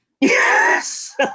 Yes